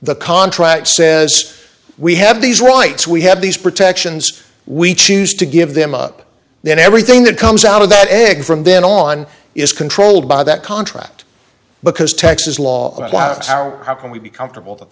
the contract says we have these rights we have these protections we choose to give them up then everything that comes out of that egg from then on is controlled by that contract because texas law how can we be comfortable that